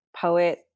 poet